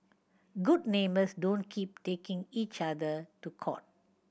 good neighbours don't keep taking each other to court